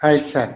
ಆಯ್ತು ಸರ್